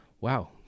wow